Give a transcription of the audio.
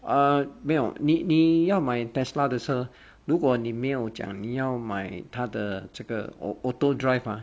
uh 没有你你要买 tesla 的车如果你没有讲你要买它的这个 auto driver ah